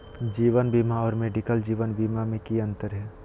जीवन बीमा और मेडिकल जीवन बीमा में की अंतर है?